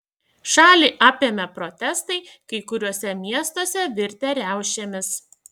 šalį apėmė protestai kai kuriuose miestuose virtę riaušėmis